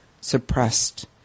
suppressed